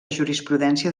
jurisprudència